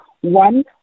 one